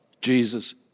Jesus